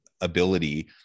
ability